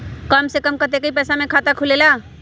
कम से कम कतेइक पैसा में खाता खुलेला?